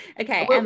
okay